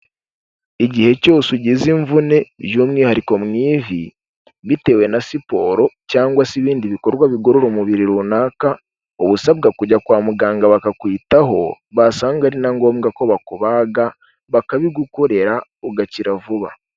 Igihe cyose ugize imvune by'umwihariko mu ivi, bitewe na siporo cyangwa se ibindi bikorwa bikurura umubiri runaka, uba usabwa kujya kwa muganga bakakwitaho, basanga ari na ngombwa ko bakubaga, bakabigukorera ugakira vuba.